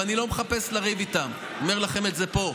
ואני לא מחפש לריב איתם, אני אומר לכם את זה פה.